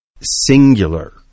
singular